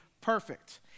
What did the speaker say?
perfect